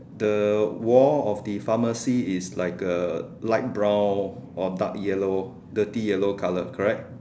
the wall of the pharmacy is like a light brown or dark yellow dirty yellow colour correct